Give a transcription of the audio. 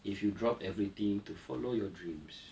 if you drop everything to follow your dreams